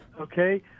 okay